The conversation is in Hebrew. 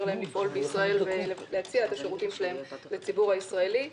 להן לפעול בישראל ולהציע את השירותים שלהן לציבור הישראלי.